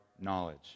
knowledge